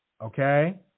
okay